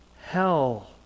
hell